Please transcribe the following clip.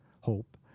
hope